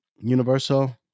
Universal